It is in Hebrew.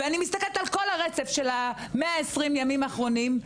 ואני מסתכלת על כל הרצף של 120 הימים האחרונים,